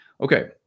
Okay